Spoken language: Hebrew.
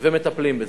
ומטפלים בזה.